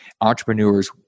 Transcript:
entrepreneurs